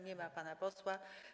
Nie ma pana posła.